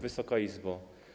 Wysoka Izbo!